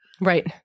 Right